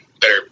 better